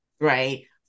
Right